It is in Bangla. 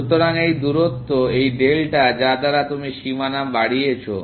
সুতরাং এই দূরত্ব এই ডেল্টা যা দ্বারা তুমি সীমানা বাড়িয়েছো